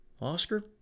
Oscar